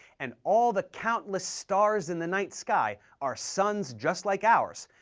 and all the countless stars in the night sky are suns just like ours,